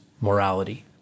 morality